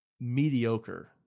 mediocre